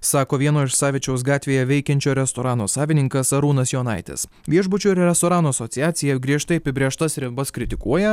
sako vieno iš savičiaus gatvėje veikiančio restorano savininkas arūnas jonaitis viešbučių ir restoranų asociacija griežtai apibrėžtas ribas kritikuoja